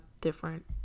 different